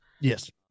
Yes